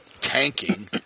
tanking